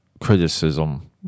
criticism